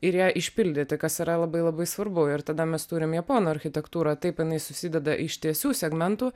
ir ją išpildyti kas yra labai labai svarbu ir tada mes turim japonų architektūrą taip jinai susideda iš tiesių segmentų